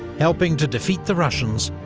helping to defeat the russians,